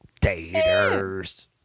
Taters